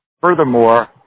Furthermore